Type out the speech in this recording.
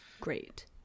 great